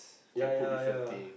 can put different thing